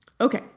Okay